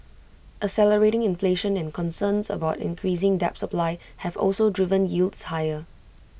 accelerating inflation and concerns about increasing debt supply have also driven yields higher